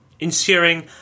ensuring